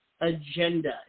agenda